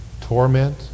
torment